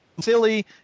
silly